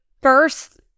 first